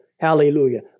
Hallelujah